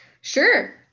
Sure